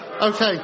Okay